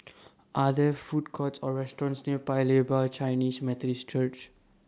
Are There Food Courts Or restaurants near Paya Lebar Chinese Methodist Church